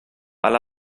alla